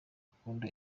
akunda